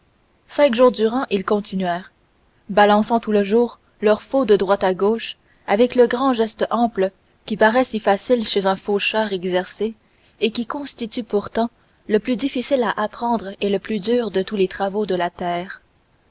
cinq jours durant ils continuèrent balançant tout le jour leurs faux de droite à gauche avec le grand geste ample qui paraît si facile chez un faucheur exercé et qui constitue pourtant le plus difficile apprendre et le plus dur de tous les travaux de la terre